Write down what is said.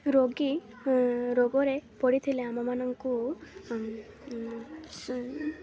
ରୋଗୀ ରୋଗରେ ପଡ଼ିଥିଲେ ଆମମାନଙ୍କୁ